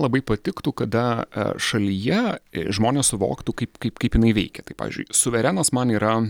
labai patiktų kada šalyje žmonės suvoktų kaip kaip kaip jinai veikia tai pavyzdžiui suverenas man yra